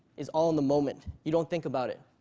is all in the moment. you don't think about it.